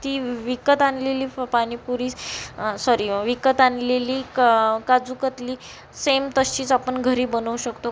ती विकत आणलेली पाणीपुरी सॉरी विकत आणलेली काजूकतली सेम तशीच आपण घरी बनवू शकतो